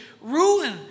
ruin